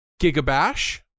Gigabash